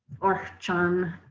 or hchan